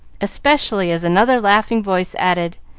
especially as another laughing voice added,